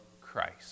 Christ